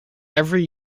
every